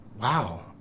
Wow